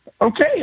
okay